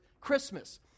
Christmas